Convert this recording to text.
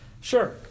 Sure